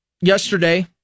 yesterday